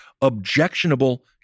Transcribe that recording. objectionable